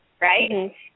right